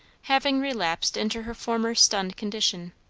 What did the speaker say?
having relapsed into her former stunned condition.